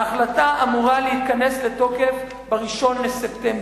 ההחלטה אמורה להיכנס לתוקף ב-1 בספטמבר.